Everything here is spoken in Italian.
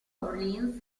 orleans